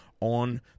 on